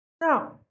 Now